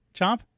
Chomp